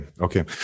okay